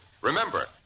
Remember